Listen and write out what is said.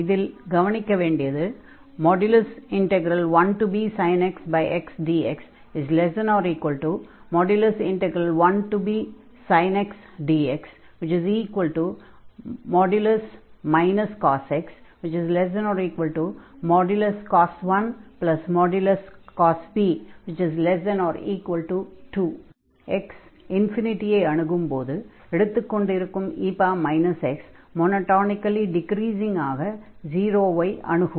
இதில் கவனிக்க வேண்டியது 1bsin x xdx1bsin x dx cos x cos 1 cos b ≤2 x ஐ அணுகும்போது எடுத்துக் கொண்டிருக்கும் e x மொனொடானிகலி டிக்ரீஸிங்காக 0 ஐ அணுகும்